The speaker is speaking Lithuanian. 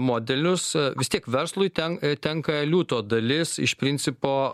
modelius vis tiek verslui ten tenka liūto dalis iš principo